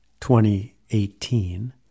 2018